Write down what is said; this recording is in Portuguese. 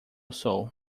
sou